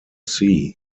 sea